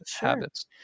habits